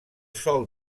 sòl